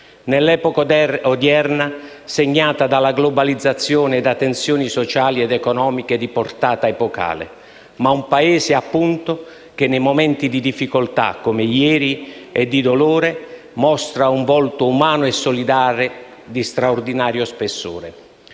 nell'epoca odierna segnata dalla globalizzazione e da tensioni sociali ed economiche di portata epocale, ma nei momenti di difficoltà e dolore quello stesso Paese mostra un volto umano e solidale di straordinario spessore.